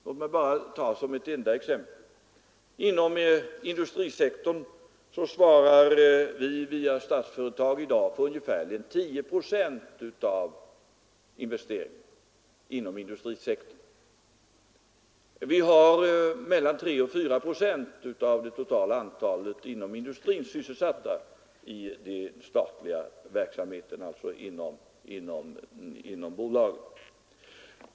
Låt mig bara nämna som ett enda exempel att vi via Statsföretag svarar för ungefärligen 10 procent av investeringarna inom industrisektorn. De statliga bolagen har mellan 3 och 4 procent av det totala antalet inom industrin sysselsatta.